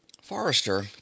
Forrester